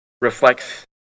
reflects